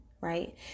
right